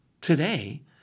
today